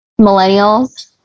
millennials